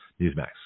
Newsmax